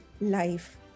life